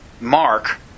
Mark